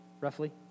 roughly